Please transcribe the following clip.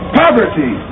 poverty